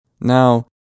Now